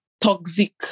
toxic